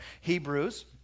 Hebrews